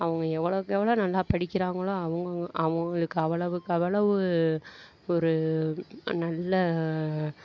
அவங்க எவ்வளோக்கு எவ்வளோ நல்லா படிக்கிறாங்களோ அவங்க அவங்களுக்கு அவ்வளவுக்கவளவு ஒரு நல்ல